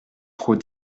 trop